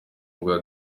bwa